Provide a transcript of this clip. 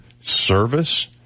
service